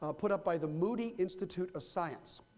ah put up by the moody institute of science.